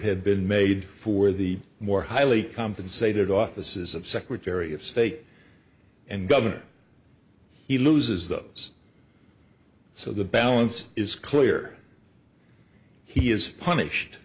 have been made for the more highly compensated offices of secretary of state and government he loses those so the balance is clear he is punished